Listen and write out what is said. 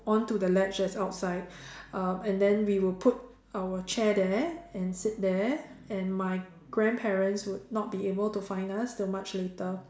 onto the ledge that's outside uh and then we will put our chair there and sit there and my grandparents would not be able to find us till much later